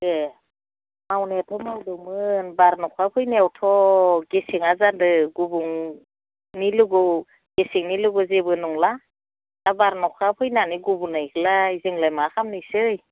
एह मावनायाथ' मावदोंमोन बार अखा फैनायावथ' गेसेङा जादों गुबुननि लोगोआव गेसेंनि लोगो जेबो नंला दा बार अखा फैनानै गुबुंनायखौलाय जोंलाय मा खामनोसै